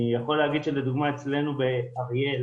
אני יכול להגיד שלדוגמא אצלינו באריאל